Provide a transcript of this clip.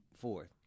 fourth